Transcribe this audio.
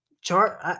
Chart